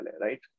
right